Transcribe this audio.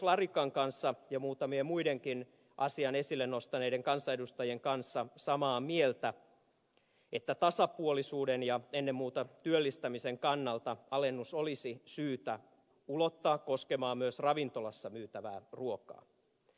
larikan kanssa ja muutamien muidenkin asian esille nostaneiden kansanedustajien kanssa samaa mieltä että tasapuolisuuden ja ennen muuta työllistämisen kannalta alennus olisi syytä ulottaa koskemaan myös ravintolassa myytävää ruokaa